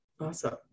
Awesome